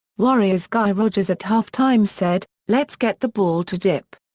warriors' guy rodgers at halftime said, let's get the ball to dip.